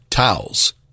Towels